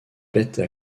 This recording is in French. bêtes